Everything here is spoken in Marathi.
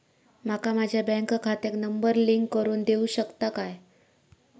माका माझ्या बँक खात्याक नंबर लिंक करून देऊ शकता काय?